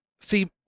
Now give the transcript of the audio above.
See